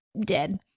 Dead